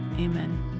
Amen